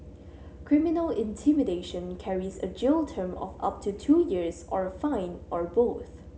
criminal intimidation carries a jail term of up to two years or a fine or both